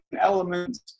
elements